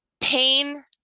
Pain